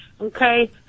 okay